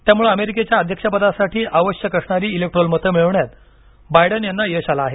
त्यामुळे अमेरिकेच्या अध्यक्ष पदासाठी आवश्यक असणारी इलेक्टोरल मतं मिळवण्यात बायडन यांना यश आलं आहे